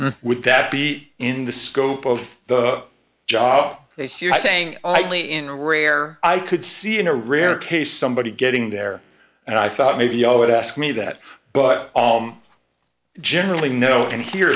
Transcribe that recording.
would that be in the scope of the job base you're saying likely in a rare i could see in a rare case somebody getting there and i thought maybe i would ask me that but generally no and here